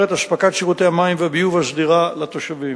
את אספקת שירותי המים והביוב הסדירה לתושבים.